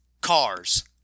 cars